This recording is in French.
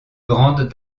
grande